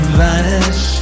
vanish